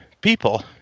people